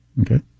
Okay